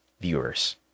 viewers